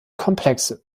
komplexe